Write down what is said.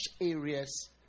areas